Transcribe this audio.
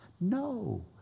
No